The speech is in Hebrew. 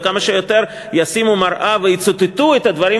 וכמה שיותר ישימו מראה ויצטטו את הדברים